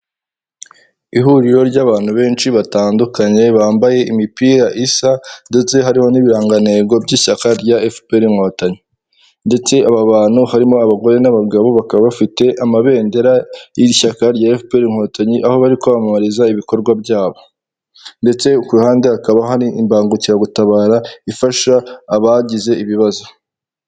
Ihuriro ry'abantu benshi batandukanye bambaye imipira isa ndetse hariho n'ibirangantego by'ishyaka rya FPR inkotanyi, ndetse aba bantu harimo abagore n'abagabo bakaba bafite amabendera y'ir’ishyaka rya FPR inkotanyi, aho bari kwamamariza ibikorwa byabo, ndetse ku ruhande hakaba har’imbangukiragutabara ifasha abagize ibibazo.